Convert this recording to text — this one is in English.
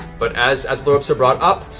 but as as the ropes are brought up,